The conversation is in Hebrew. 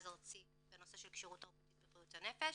ארצי בנושא של כשירות תרבותית ובריאות הנפש,